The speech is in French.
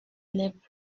les